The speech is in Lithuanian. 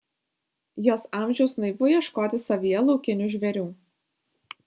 jos amžiaus naivu ieškoti savyje laukinių žvėrių